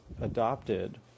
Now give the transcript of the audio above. adopted